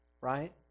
right